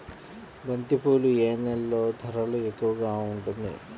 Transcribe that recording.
బంతిపూలు ఏ నెలలో ధర ఎక్కువగా ఉంటుంది?